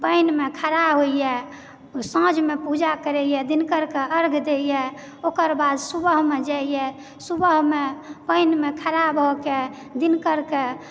पानिमे खड़ा होइए साँझमे पूजा करइए दिनकरकऽ अर्घ्य दयए ओकर बाद सुबहमे जाइए सुबहमे पानिमे खड़ा भऽके दिनकरके